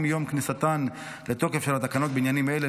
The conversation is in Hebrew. או מיום כניסתן לתוקף של התקנות בעניינים אלה,